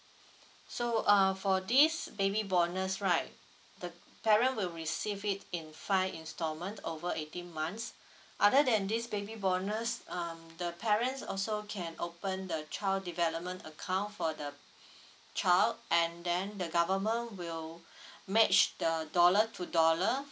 so uh for this baby bonus right the parent will receive it in five instalment over eighteen months other than this baby bonus um the parents also can open the child development account for the child and then the government will match the dollar to dollar